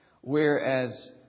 whereas